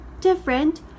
different